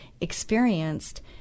experienced